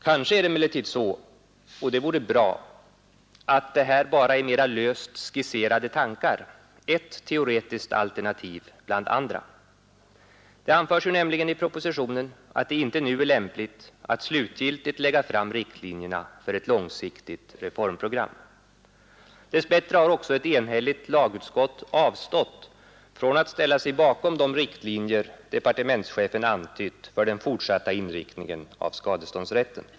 Kanske är det emellertid så — och det vore bra — att detta bara är mera löst skisserade tankar, ett teoretiskt alternativ bland andra. Det anförs nämligen i propositionen att det inte nu är lämpligt att slutgiltigt lägga fram riktlinjerna för ett långsiktigt reformprogram. Dess bättre har också ett enhälligt lagutskott avstått från att ställa sig bakom de riktlinjer departementschefen antytt för den fortsatta inriktningen av skadeståndsrätten.